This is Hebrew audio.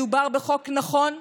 מדובר בחוק נכון,